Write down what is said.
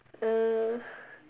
uh